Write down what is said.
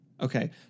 Okay